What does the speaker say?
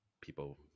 people